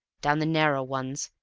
down the narrow ones,